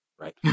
right